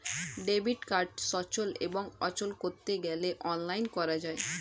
debit card সচল এবং অচল করতে গেলে অনলাইন করা যায়